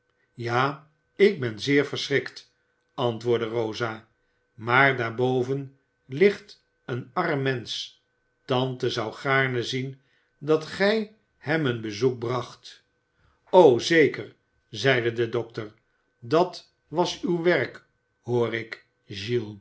ja ik ben zeer verschrikt antwoordde rosa maar daar boven ligt een arm mensch tante zou gaarne zien dat gij hem een bezoek bracht o zeker zeide de dokter dat was uw werk hoor ik giles